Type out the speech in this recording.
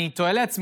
ינון, תרצה להציג?